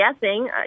guessing